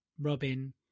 Robin